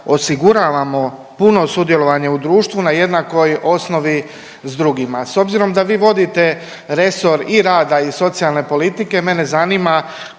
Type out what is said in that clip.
osiguravamo puno sudjelovanje u društvu na jednakoj osnovi s drugima. S obzirom da vi vodite resor i rada i socijalne politike, mene zanima